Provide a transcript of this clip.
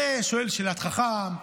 זה שואל שאלת חכם,